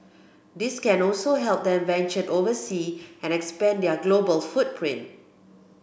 this can also help them venture oversea and expand their global footprint